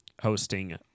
Hosting